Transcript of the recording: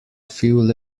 fuel